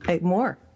more